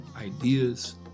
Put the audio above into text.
ideas